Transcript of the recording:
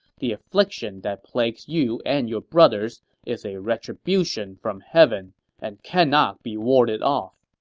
the affliction that plagues you and your brothers is a retribution from heaven and cannot be warded off.